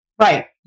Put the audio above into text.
Right